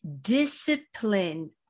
discipline